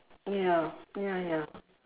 ya ya ya